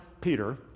Peter